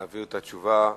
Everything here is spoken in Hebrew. נעביר את התשובה לפרוטוקול.